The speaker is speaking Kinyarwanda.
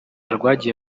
rwagiye